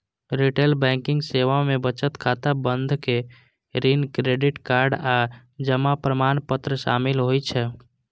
retail banking सेवा मे बचत खाता, बंधक, ऋण, क्रेडिट कार्ड आ जमा प्रमाणपत्र शामिल होइ छै